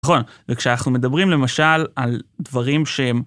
נכון, וכשאנחנו מדברים למשל על דברים שהם...